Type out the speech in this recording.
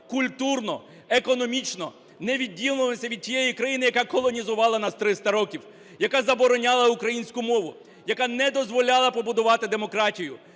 культурно, економічно не відділимося від тієї країни, яка колонізувала нас 300 років, яка забороняла українську мову, яка не дозволяла побудувати демократію.